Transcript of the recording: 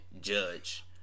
judge